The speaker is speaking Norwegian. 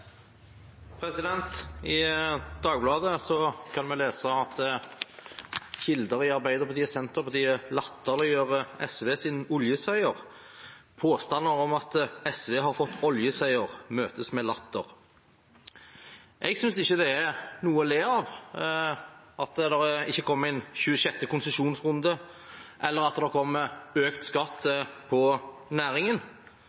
I Dagbladet kan vi lese at kilder i Arbeiderpartiet og Senterpartiet latterliggjør SVs oljeseier: «Påstander om at SV har fått en stor oljeseier møtes med latter.» Jeg synes ikke det er noe å le av at det ikke kom inn en 26. konsesjonsrunde, eller at det kommer økt skatt